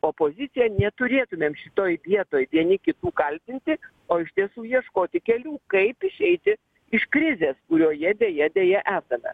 opozicija neturėtumėm šitoj vietoj vieni kitų kaltinti o iš tiesų ieškoti kelių kaip išeiti iš krizės kurioje deja deja esame